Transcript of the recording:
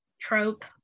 trope